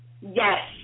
Yes